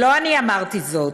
לא אני אמרתי זאת.